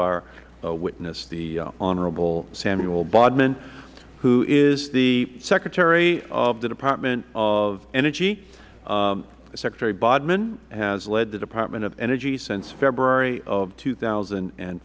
our witness the honorable samuel bodman who is the secretary of the department of energy secretary bodman has led the department of energy since february of two thousand and